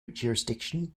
jurisdiction